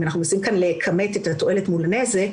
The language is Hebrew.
אם אנחנו מנסים לכמת את התועלת מול הנזק,